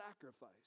sacrifice